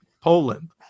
Poland